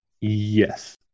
Yes